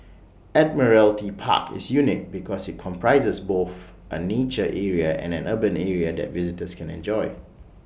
Admiralty Park is unique because IT comprises both A nature area and an urban area that visitors can enjoy